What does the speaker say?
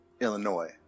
Illinois